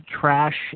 trash